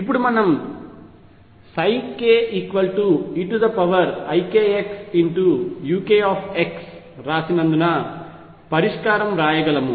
ఇప్పుడు మనము keikxuk రాసినందున పరిష్కారం వ్రాయగలము